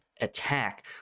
attack